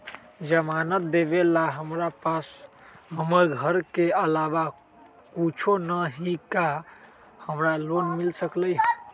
जमानत देवेला हमरा पास हमर घर के अलावा कुछो न ही का हमरा लोन मिल सकई ह?